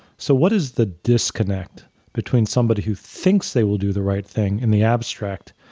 so, what is the disconnect between somebody who thinks they will do the right thing and the abstract,